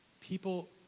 People